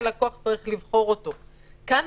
רק הלקוח צריך לבחור אותו.